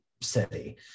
City